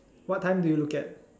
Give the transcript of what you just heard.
what time do you look at